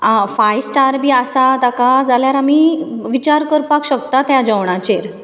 आं five star बी आसा ताका जाल्यार आमी विचार करपाक शकता त्या जेवणाचेर